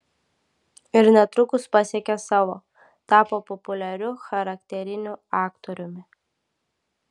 ir netrukus pasiekė savo tapo populiariu charakteriniu aktoriumi